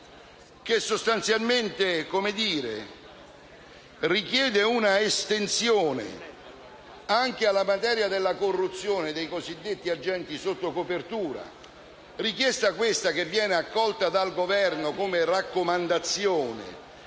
che sostanzialmente richiede un'estensione anche alla materia della corruzione dei cosiddetti agenti sotto copertura, la richiesta viene accolta dal Governo come raccomandazione